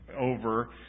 over